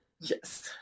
Yes